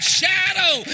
shadow